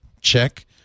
check